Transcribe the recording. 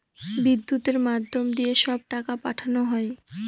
বিদ্যুতের মাধ্যম দিয়ে সব টাকা পাঠানো হয়